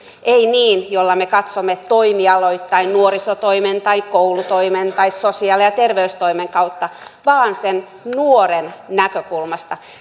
ei niin että me katsomme niitä toimialoittain nuorisotoimen tai koulutoimen tai sosiaali ja terveystoimen kautta vaan sen nuoren näkökulmasta